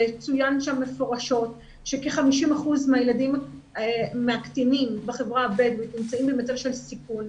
צוין שם מפורשות שכ-50% מהקטינים בחברה הבדואית נמצאים במצב של סיכון,